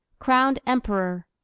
crowned emperor.